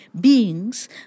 beings